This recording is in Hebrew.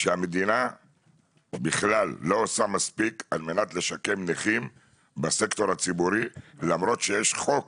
שהמדינה לא עושה מספיק על מנת לשקם נכים בסקטור הציבורי למרות שיש חוק